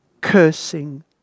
cursing